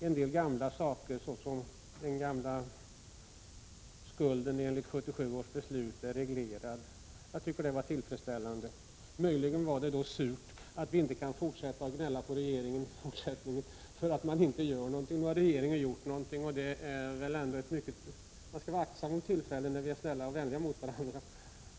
En del gamla frågor, exempelvis den gamla skulden enligt 1977 års beslut, är reglerade. Jag tycker att det är tillfredsställande. Möjligen var det surt att vi inte kan fortsätta att gnälla på regeringen i fortsättningen för att den inte gör något. Men nu har regeringen gjort något, och man skall vara aktsam om tillfällena då vi är snälla och vänliga mot varandra.